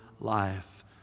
life